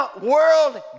world